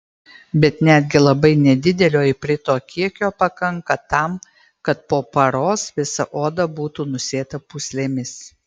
bet netgi labai nedidelio iprito kiekio pakanka tam kad po paros visa oda būtų nusėta pūslėmis